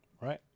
Right